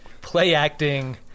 play-acting